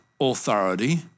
authority